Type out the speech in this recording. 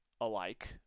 alike